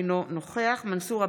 אינו נוכח מנסור עבאס,